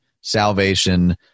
salvation